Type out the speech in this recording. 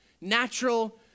natural